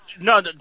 No